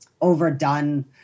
overdone